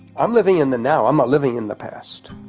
i'm living in the now. i'm not living in the past.